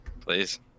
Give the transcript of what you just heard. Please